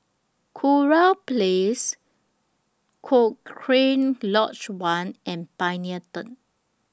Kurau Place Cochrane Lodge one and Pioneer Turn